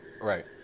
Right